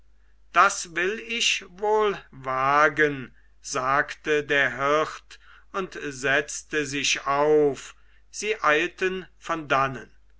das will ich wohl wagen sagte der hirt und setzte sich auf sie eilten von dannen